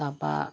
তাপা